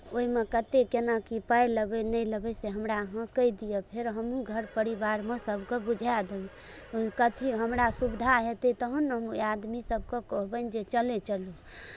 ओहिमे कतेक केना की पाइ लेबै नहि लेबै से हमरा अहाँ कहि दिअ फेर हमहूँ घर परिवारमे सभकेँ बुझाए देबै कथि हमरा सुविधा हेतै तहन ने हम आदमी सभकेँ कहबनि जे चलै चलू